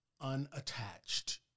unattached